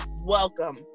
welcome